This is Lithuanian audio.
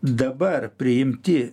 dabar priimti